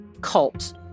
cult